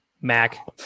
mac